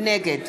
נגד